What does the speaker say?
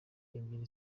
ebyiri